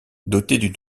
dotés